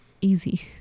easy